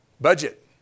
Budget